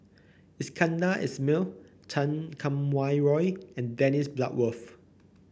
Iskandar Ismail Chan Kum Wah Roy and Dennis Bloodworth